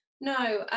No